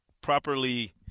properly